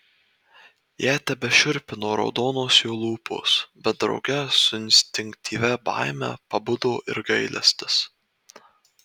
ją tebešiurpino raudonos jo lūpos bet drauge su instinktyvia baime pabudo ir gailestis